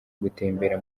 gutembera